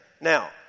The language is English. Now